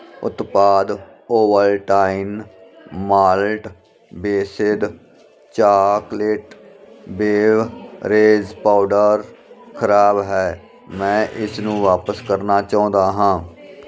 ਉਤਪਾਦ Ovaltine malt based chocolate beverage powder ਖਰਾਬ ਹੈ ਮੈਂ ਇਸ ਨੂੰ ਵਾਪਸ ਕਰਨਾ ਚਾਹੁੰਦਾ ਹਾਂ